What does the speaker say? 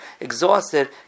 exhausted